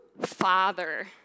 Father